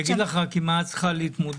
אגיד לך רק עם מה את צריכה להתמודד.